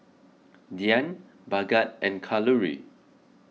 Dhyan Bhagat and Kalluri